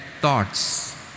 thoughts